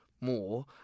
more